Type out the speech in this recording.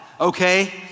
okay